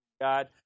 God